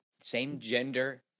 same-gender